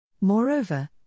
Moreover